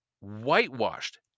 whitewashed